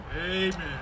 Amen